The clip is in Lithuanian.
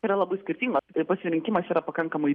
yra labai skirtingos tai pasirinkimas yra pakankamai